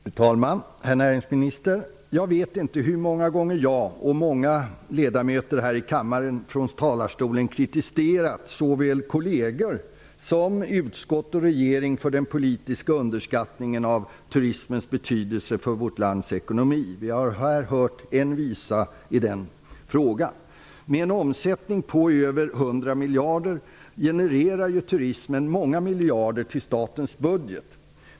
Fru talman! Jag vet inte hur många gånger, herr näringsminister, som jag och åtskilliga andra ledamöter från kammarens talarstol har kritiserat såväl kolleger som utskott och regering för den politiska underskattningen av turismens betydelse för vårt lands ekonomi. Vi har här hört en visa i denna frågan. Med en omsättning på över 100 miljarder genererar turismen många miljarder till statens budget.